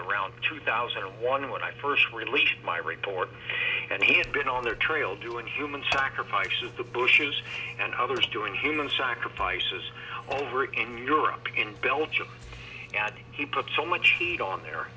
around two thousand and one when i first released my report and he had been on the trail doing human sacrifices the bushes and others during his own sacrifices over in europe in belgium had he put so much on the